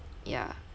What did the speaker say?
ya